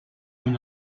une